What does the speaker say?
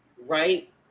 Right